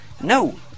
no